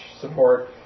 support